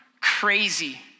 crazy